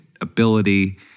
ability